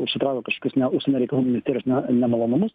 užsitraukė kažkas ne užsienio reikalų ministerijos ne nemalonumus